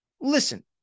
listen